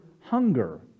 hunger